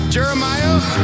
Jeremiah